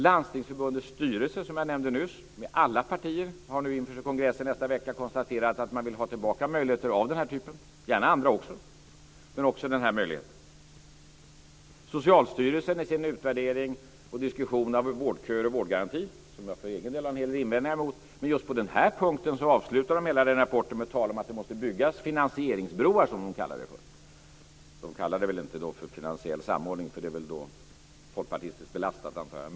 Landstingsförbundets styrelse, som jag nämnde nyss, med alla partier har nu inför sin kongress i nästa vecka konstaterat att man vill ha tillbaka möjligheter av den här typen och gärna andra också. I sin utvärdering och diskussion av vårdköer och vårdgaranti, som jag för egen del har en del invändningar mot, avslutar Socialstyrelsen just på den här punkten sin rapport med tal om att det måste byggas finansieringsbroar, som man kallar det. Man kallar det inte finansiell samordning - det är väl antagligen folkpartistiskt belastat antar jag.